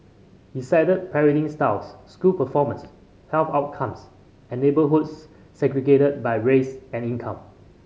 he cited parenting styles school performance health outcomes and neighbourhoods segregated by race and income